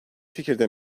fikirde